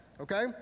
okay